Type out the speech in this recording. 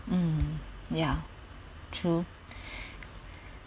mm yeah true